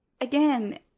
again